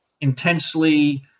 intensely